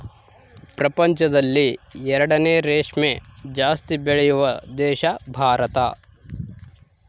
ಪ್ರಪಂಚದಲ್ಲಿ ಎರಡನೇ ರೇಷ್ಮೆ ಜಾಸ್ತಿ ಬೆಳೆಯುವ ದೇಶ ಭಾರತ